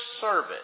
service